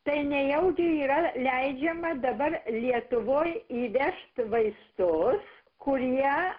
tai nejaugi yra leidžiama dabar lietuvoj įvežt vaistus kurie